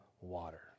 water